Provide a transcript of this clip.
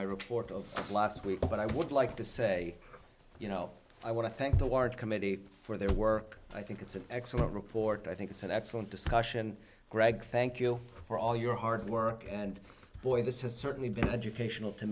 my report of last week but i would like to say you know i want to thank the ward committee for their work i think it's an excellent report i think it's an excellent discussion greg thank you for all your hard work and boy this has certainly been educational to